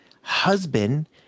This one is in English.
husband